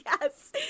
yes